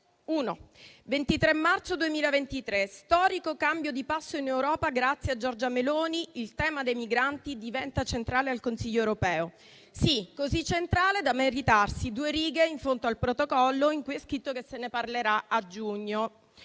Il 23 marzo 2023 c'è lo storico cambio di passo in Europa grazie a Giorgia Meloni e il tema dei migranti diventa centrale al Consiglio europeo. Sì, così centrale da meritarsi due righe in fondo al protocollo in cui è scritto che se ne parlerà a giugno.